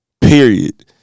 period